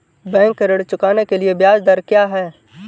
Bank ऋण चुकाने के लिए ब्याज दर क्या है?